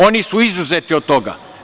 Oni su izuzeti od toga.